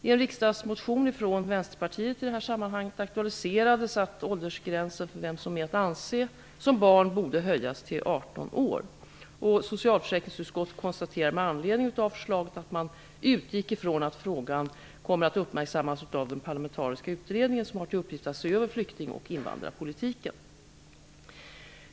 I en riksdagsmotion från Vänsterpartiet i detta sammanhang aktualiserades att åldersgränsen för vem som är att anse som barn borde höjas till 18 år. Socialförsäkringsutskottet konstaterade med anledning av förslaget att man utgick ifrån att frågan kommer att uppmärksammas av den paralamentariska utredningen som har till uppgift att se över flykting och invandrarpolitiken.